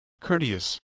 Courteous